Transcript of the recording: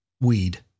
weed